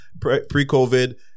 Pre-COVID